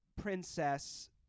Princess